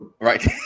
right